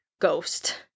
ghost